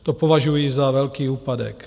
To považuji za velký úpadek.